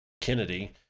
Kennedy